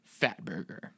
Fatburger